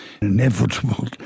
inevitable